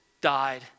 died